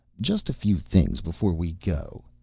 just a few things before we go.